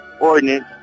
ordinance